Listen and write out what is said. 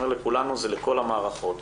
לכל המערכות,